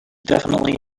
definitively